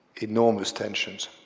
enormous tensions.